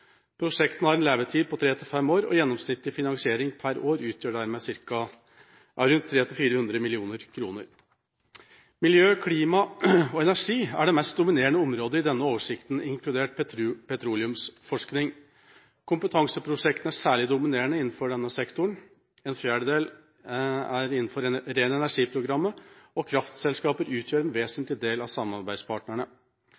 levetid på tre–fem år, og gjennomsnittlig finansiering per år utgjør dermed ca. 300–400 mill. kr. Miljø, klima og energi er det mest dominerende området i denne oversikten, inkludert petroleumsforskning. Kompetanseprosjektene er særlig dominerende innenfor denne sektoren. En fjerdedel av disse er innenfor RENERGI-programmet, og kraftselskaper utgjør en